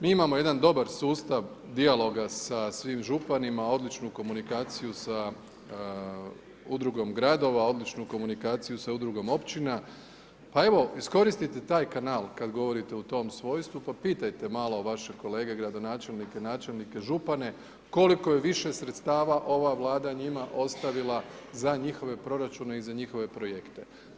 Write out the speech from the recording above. Mi imamo jedan dobar sustav dijaloga sa svim županima, odličnu komunikaciju sa Udrugom gradova, odličnu komunikaciju sa Udrugom općina, pa evo iskoristite taj kanal kad govorite u tom svojstvu pa pitajte malo vaše kolege gradonačelnike, načelnike, župane, koliko je više sredstava ova Vlada njima ostavila za njihove proračune i za njihove projekte.